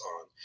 on